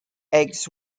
eggs